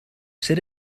said